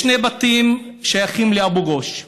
יש שני בתים ששייכים לאבו גוש,